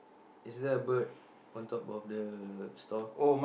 is there a bird on top of the store